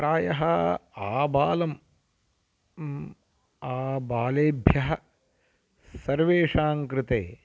प्रायः आबालम् आबालेभ्यः सर्वेषां कृते